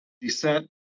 descent